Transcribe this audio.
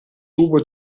tubo